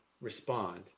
respond